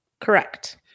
Correct